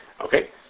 Okay